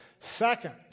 Second